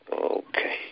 Okay